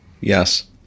Yes